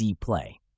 play